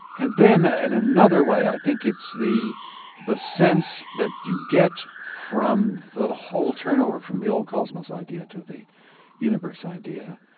and then ah in another way i think it's the the sense that you get from the whole turnover from the old cosmos idea to the universe idea,